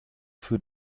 für